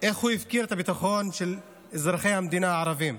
איך הוא הפקיר את הביטחון של אזרחי המדינה הערבים.